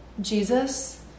Jesus